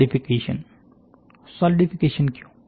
solidification solidification क्यों